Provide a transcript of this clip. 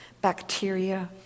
bacteria